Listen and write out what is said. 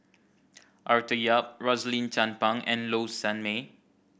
Arthur Yap Rosaline Chan Pang and Low Sanmay